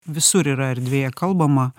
visur yra erdvėje kalbama